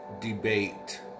Debate